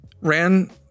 ran